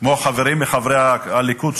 כמו חברים מחברי הליכוד,